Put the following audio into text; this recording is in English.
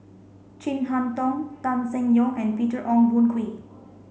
Chin Harn Tong Tan Seng Yong and Peter Ong Boon Kwee